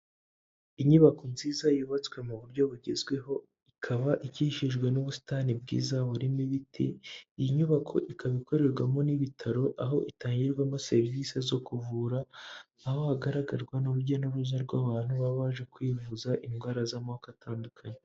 Inyubako nziza yubatswe mu buryo bugezweho ikaba ikikijwe n'ubusitani bwiza burimo ibiti. Iyi nyubako ikaba ikorerwamo n'ibitaro aho itagirwamo serivise zo kuvura, aho hagaragarwa n'urujya n'uruza rw'abantu baba baje kwivuza indwara z'amoko atandukanye.